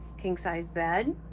king-size bed,